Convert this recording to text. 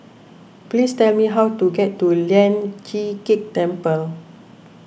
please tell me how to get to Lian Chee Kek Temple